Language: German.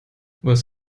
was